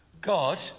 God